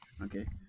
Okay